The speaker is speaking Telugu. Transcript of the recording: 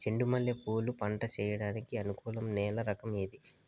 చెండు మల్లె పూలు పంట సేయడానికి అనుకూలం నేల రకం ఏది